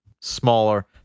Smaller